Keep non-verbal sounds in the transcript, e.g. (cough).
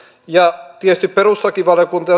ja perustuslakivaliokunta (unintelligible)